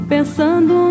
Pensando